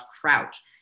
Crouch